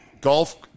golf